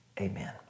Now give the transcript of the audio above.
Amen